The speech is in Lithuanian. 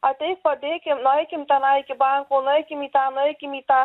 ateik pabėkim nueikim tenai iki banko nueikim į tą nueikim į tą